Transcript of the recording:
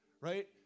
Right